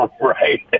Right